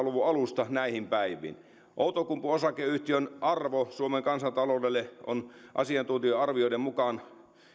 luvun alusta näihin päiviin outokumpu osakeyhtiön arvo suomen kansantaloudelle on asiantuntija arvioiden mukaan